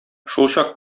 шулчак